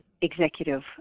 executive